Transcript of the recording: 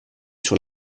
sur